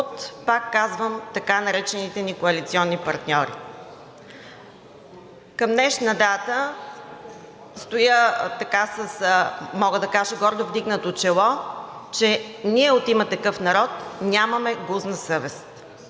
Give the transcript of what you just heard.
пак казвам, от така наречените ни коалиционни партньори. Към днешна дата стоя, мога да кажа, с гордо вдигнато чело, че ние от „Има такъв народ“ нямаме гузна съвест